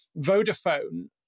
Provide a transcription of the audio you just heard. Vodafone